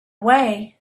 way